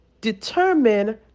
determine